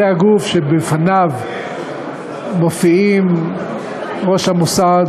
זה הגוף שבפניו מופיעים ראש המוסד,